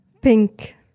Pink